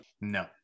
No